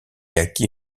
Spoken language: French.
acquit